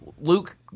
Luke